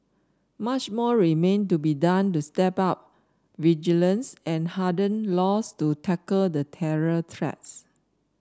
much more remain to be done to step up vigilance and harden laws to tackle the terror threat